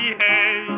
hey